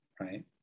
right